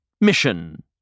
mission